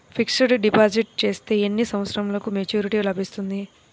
Fixed deposit చేస్తే ఎన్ని సంవత్సరంకు మెచూరిటీ లభిస్తుంది?